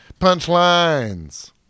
Punchlines